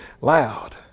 Loud